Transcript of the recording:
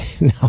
No